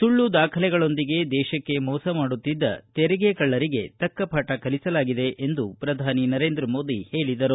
ಸುಳ್ಳು ದಾಖಲೆಗಳೊಂದಿಗೆ ದೇಶಕ್ಕೆ ಮೋಸ ಮಾಡುತ್ತಿದ್ದ ತೆರಿಗೆ ಕಳ್ಳರಿಗೆ ತಕ್ಕಪಾಠ ಕಲಿಸಲಾಗಿದೆ ಎಂದು ಎಂದು ಪ್ರಧಾನಿ ನರೇಂದ್ರ ಮೋದಿ ಹೇಳಿದರು